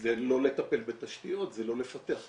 זה לא לטפל בתשתיות, זה לא לפתח תכניות.